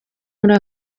muri